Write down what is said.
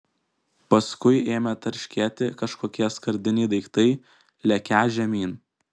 paskui ėmė tarškėti kažkokie skardiniai daiktai lekią žemyn